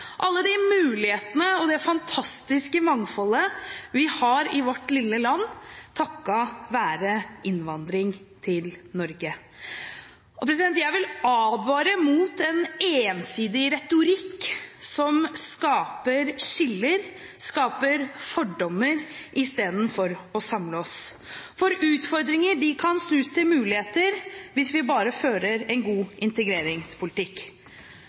alle de mulighetene og det fantastiske mangfoldet vi har i vårt lille land, takket være innvandring til Norge. Jeg vil advare mot en ensidig retorikk som skaper skiller, skaper fordommer, istedenfor å samle oss, for utfordringer kan snus til muligheter hvis vi bare fører en god integreringspolitikk.